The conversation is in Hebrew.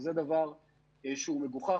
אז זה דבר שהוא מגוחך.